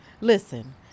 Listen